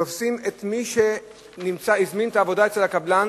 תופסים את מי שהזמין את העבודה אצל הקבלן,